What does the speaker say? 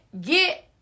get